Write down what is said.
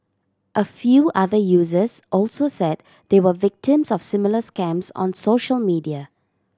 a few other users also said they were victims of similar scams on social media